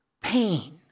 pain